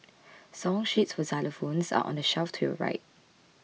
song sheets for xylophones are on the shelf to your right